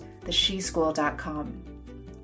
thesheschool.com